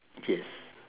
yes